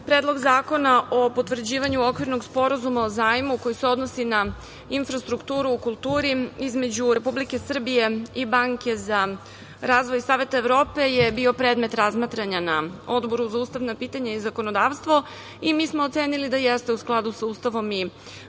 Predlog zakona o potvrđivanju Okvirnog sporazuma o zajmu koji se odnosi na infrastrukturu u kulturi između Republike Srbije i Banke za razvoj Saveta Evrope je bio predmet razmatranja na Odboru za ustavna pitanja i zakonodavstvo. Mi smo ocenili da jeste u skladu sa Ustavom i